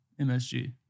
MSG